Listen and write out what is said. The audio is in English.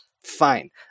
fine